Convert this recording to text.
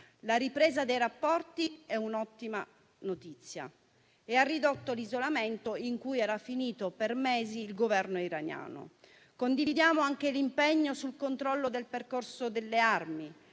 La ripresa dei rapporti è un'ottima notizia e ha ridotto l'isolamento in cui era finito per mesi il Governo iraniano. Condividiamo anche l'impegno sul controllo del percorso delle armi.